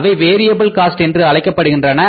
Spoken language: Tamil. அவை வேரியபுள் காஸ்ட் என்று அழைக்கப்படுகின்றன